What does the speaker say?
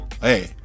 Hey